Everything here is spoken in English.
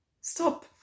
stop